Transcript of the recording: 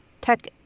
tech